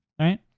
right